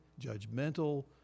judgmental